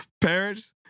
parents